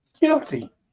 guilty